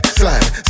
slide